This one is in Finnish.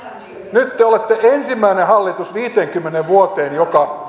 nyt te te olette ensimmäinen hallitus viiteenkymmeneen vuoteen joka